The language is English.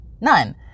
none